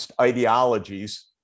ideologies